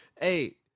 Hey